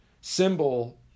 symbol